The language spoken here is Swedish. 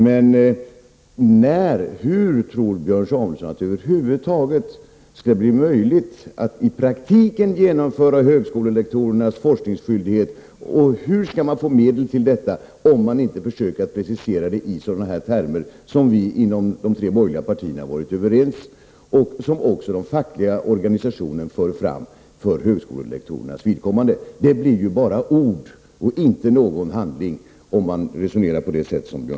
Men hur tror Björn Samuelson att det skall bli möjligt att i praktiken genomföra en forskningsskyldighet för högskolelektorerna och hur skall man få medel till detta om man inte försöker precisera det i sådana här termer som vi inom de tre borgerliga partierna varit överens om? Även de fackliga organisationerna för fram detta för högskolelektorernas vidkommande. Det blir bara ord och inte någon handling om man resonerar som Björn Samuelson gör.